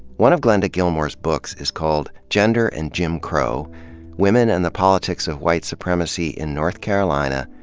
one of glenda gilmore's books is called gender and jim crow women and the politics of white supremacy in north carolina,